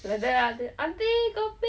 like that ah auntie kopi